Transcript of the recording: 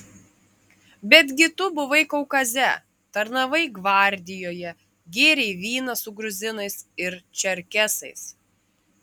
betgi tu buvai kaukaze tarnavai gvardijoje gėrei vyną su gruzinais ir čerkesais